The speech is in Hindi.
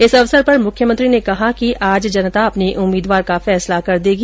इस अवसर पर मुख्यमंत्री ने कहा कि आज जनता अपने उम्मीदवार का फैसला कर देगी